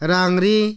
Rangri